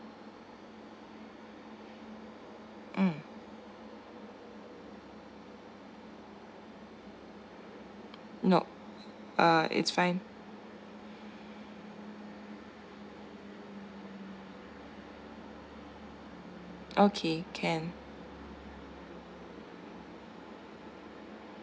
mm nope uh it's fine okay can